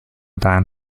that